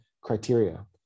criteria